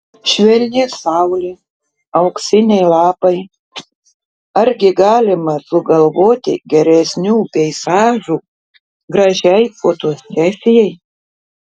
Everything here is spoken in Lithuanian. švelni saulė auksiniai lapai argi galima sugalvoti geresnių peizažų gražiai fotosesijai